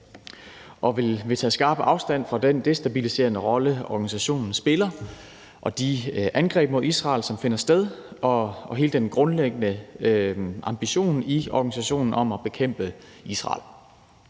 og vil tage skarp afstand fra den destabiliserende rolle, organisationen spiller, de angreb mod Israel, som finder sted, og hele den grundlæggende ambition i organisationen om at bekæmpe Israel.